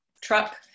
truck